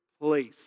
place